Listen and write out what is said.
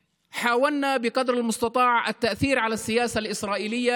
לפני כמה שבועות קיבלנו את אמון בני עמנו